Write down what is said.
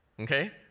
Okay